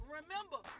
Remember